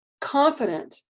confident